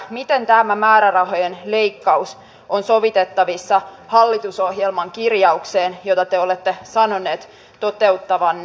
miten tämä määrärahojen leikkaus on sovitettavissa hallitusohjelman kirjaukseen jota te olette sanonut toteuttavanne